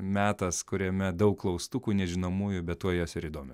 metas kuriame daug klaustukų nežinomųjų be tuo jas ir įdomio